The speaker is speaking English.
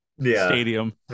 stadium